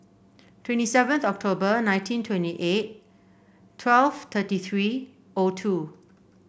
twenty seventh October nineteen twenty eight twelve thirty three O two